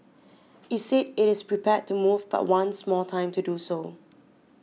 it said it is prepared to move but wants more time to do so